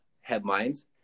headlines